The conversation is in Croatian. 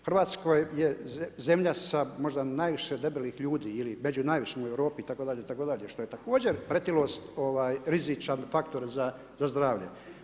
Hrvatska je zemlja sa možda najviše debelih ljudi, ili među najvišem u Europi itd., itd., što je također pretilost rizičan faktor za zdravlje.